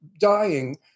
dying